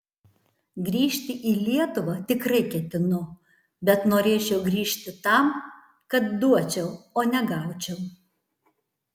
grįžti į lietuvą tikrai ketinu bet norėčiau grįžt tam kad duočiau o ne gaučiau